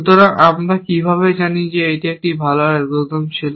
সুতরাং আমরা কিভাবে জানি এটি একটি ভাল অ্যালগরিদম ছিল